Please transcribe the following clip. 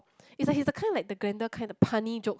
it's like he's the kind like the grander kind the punny joke